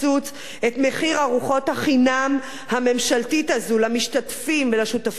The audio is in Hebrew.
את מחיר ארוחות החינם הממשלתית הזו למשתתפים ולשותפים הטבעיים,